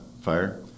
fire